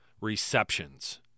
receptions